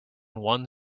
one